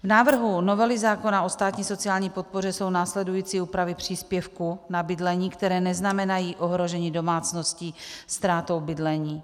V návrhu novely zákona o státní sociální podpoře jsou následující úpravy příspěvků na bydlení, které neznamenají ohrožení domácností ztrátou bydlení.